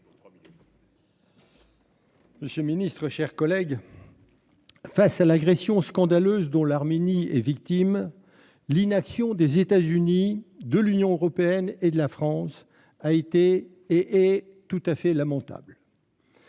monsieur le ministre, chers collègues, face à l'agression scandaleuse dont l'Arménie est victime, l'inaction des États-Unis, de l'Union européenne et de la France a été et est tout à fait lamentable.